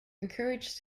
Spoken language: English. encouraged